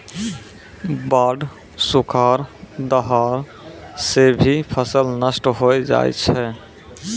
बाढ़, सुखाड़, दहाड़ सें भी फसल नष्ट होय जाय छै